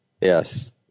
Yes